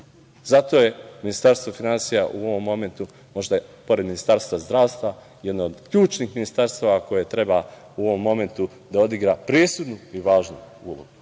Zato je Ministarstvo finansija u ovom momentu možda, pored Ministarstva za zdravlje, jedno od ključnih ministarstava koje treba u ovom momentu da odigra presudnu i važnu ulogu.